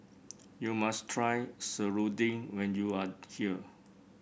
you must try serunding when you are here